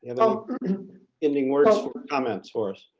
you know ending words or comments for